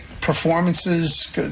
performances